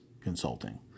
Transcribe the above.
consulting